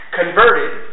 converted